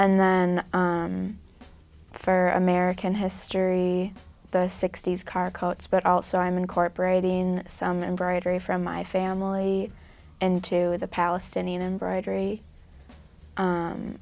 and then for american history the sixty's car coats but also i'm incorporating some embroidery from my family and to the palestinian embroidery